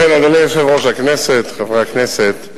ובכן, אדוני יושב-ראש הכנסת, חברי הכנסת,